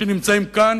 שנמצאים כאן,